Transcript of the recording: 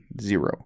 zero